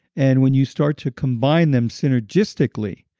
and when you start to combine them synergistically,